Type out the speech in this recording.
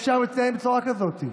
אי-אפשר להתנהל בצורה כזאת.